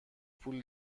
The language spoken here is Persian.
پول